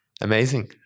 Amazing